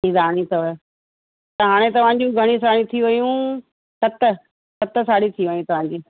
हीअ राणी अथव त हाणे तव्हां जूं घणियूं साड़ियूं थी वियूं सत सत साड़ियूं थी वियूं तव्हांजी